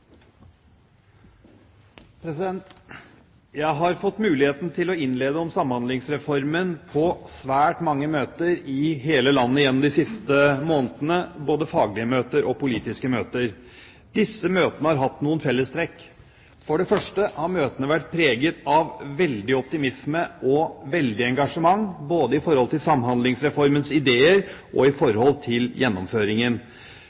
Jeg har fått muligheten til å innlede om Samhandlingsreformen på svært mange møter i hele landet gjennom de siste månedene, både faglige møter og politiske møter. Disse møtene har hatt noen fellestrekk. For det første har møtene vært preget av veldig optimisme og veldig engasjement, om både Samhandlingsreformens ideer og